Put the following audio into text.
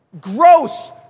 Gross